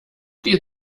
die